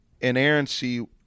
inerrancy